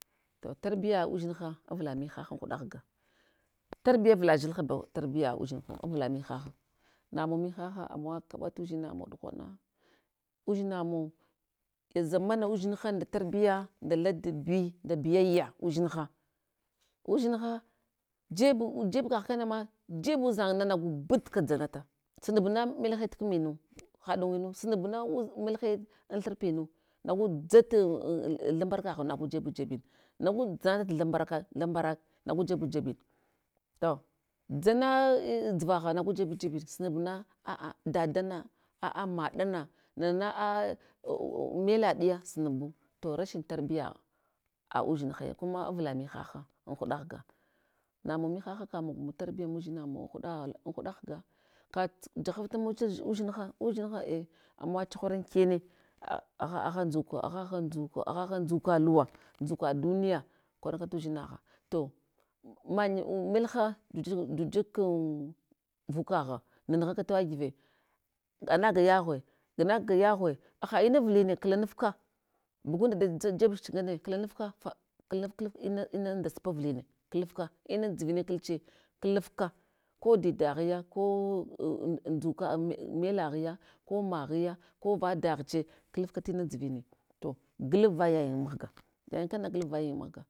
To tarbiya udzinha avla mihaha anhuɗa ghga, tarbiya avla dzilhabew, tarbiya udizinho avla mihaha, namawa mihaha amawa kaɗa tudzinamawa ɗughana, udzinamau yazamana udzinha ndg tarbiya, nda ladabi ndabiyaya udzinha. Udzinha jeb, jeb kagh kanama jeb udzang na nagu but ka dzanata, sunabna melhe tkminu, haɗagwinu, sunabna udz melhe an thurpinu, nagu dzat, thambarakagh nagu jebu jebin, nagu dzanata tuthambarak nagu jebu jebin. To dzana dzuvaha nagu jebu jebin. Sumabna a dadana aa maɗana nanana aa melaɗiya snabu. To rashin tarbiya a udzinha ya kuma avla mihaha an huɗa ghga. Namun mihaha kamogmun tarbiya mudzina mawa kugha an huɗa ghga. Ka ts fahaftamun judzinha, udzinha a ama wa chuhura an kene, a agha agha nzuka agha agha nzuka luwa, ndzuka duniya kwaranka tudzinagha. To manye mellia juk jujak vukagha nan nughaka tewa give, anaga yaghwe, ganagaka yaghine haha inavuline klanafka, bugundas da jebuch angane klanafka, fa klanaft klaf kla ina munda supa avline klafka, inudzuvine kliche klafka ko didaghiya ko unzuka me melaghiya ko maghuya ko va daghche klafka tina andzuvine to. Glaf vaya yayin muhga. Yayin kanana glafvaya.